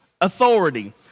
authority